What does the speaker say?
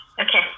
Okay